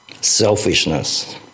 selfishness